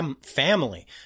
family